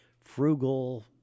frugal